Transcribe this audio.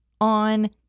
on